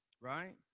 right